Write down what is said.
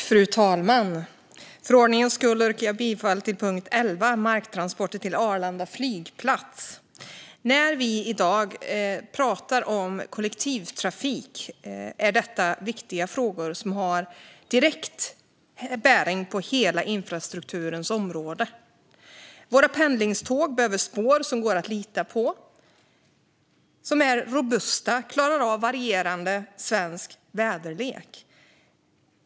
Fru talman! För ordningens skull yrkar jag bifall till reservation 24 under punkt 11, Marktransporter till Arlanda flygplats. Vi pratar i dag om kollektivtrafik. Det är viktiga frågor som har direkt bäring på hela infrastrukturens område. Våra pendlingståg behöver spår som det går att lita på, som är robusta och som klarar av varierande svensk väderlek.